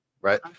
right